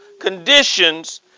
conditions